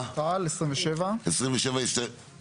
חקיקה ליישום המדיניות הכלכלית לשנות התקציב 2023 ו-2024),